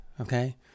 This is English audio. okay